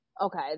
Okay